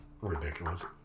ridiculous